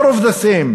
more of the same.